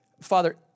Father